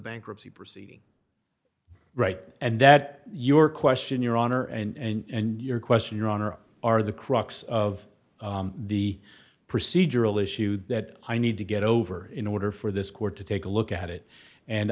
bankruptcy proceeding right and that your question your honor and your question your honor are the crux of the procedural issue that i need to get over in order for this court to take a look at it and